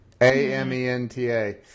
A-M-E-N-T-A